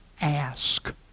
ask